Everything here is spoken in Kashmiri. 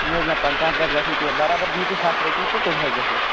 نہ حٲز نہ پَنٛژاہ پٮ۪ٹھ گَژھنہِ کیٚنہہ برابر دِیو تُہۍ ہَتھ رۄپیہِ تہٕ تیٚلہِ ہیٚکہِ گٔژِھت